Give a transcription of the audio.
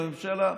לממשלה.